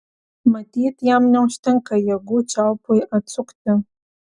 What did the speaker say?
matyt jam neužtenka jėgų čiaupui atsukti